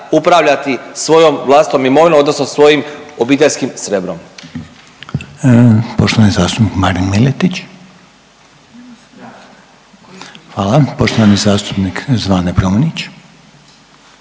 upravljati svojom vlastitom imovinom odnosno svojim obiteljskim srebrom.